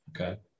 Okay